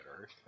earth